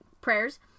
prayers